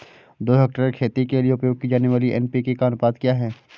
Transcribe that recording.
दो हेक्टेयर खेती के लिए उपयोग की जाने वाली एन.पी.के का अनुपात क्या है?